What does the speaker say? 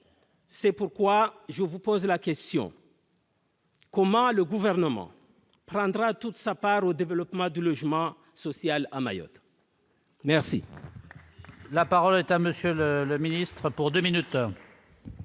c'est pourquoi je vous pose la question. Comment le gouvernement prendra toute sa part au développement du logement social à Mayotte. Merci.